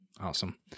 Awesome